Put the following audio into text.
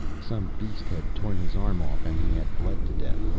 some beast had torn his arm off and he had bled to death.